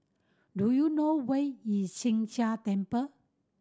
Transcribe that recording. do you know where is Sheng Jia Temple